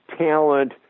Talent